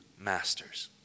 masters